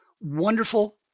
wonderful